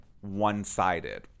one-sided